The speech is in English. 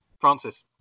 francis